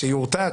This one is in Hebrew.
שיורטה,